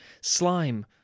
slime